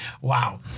Wow